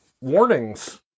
warnings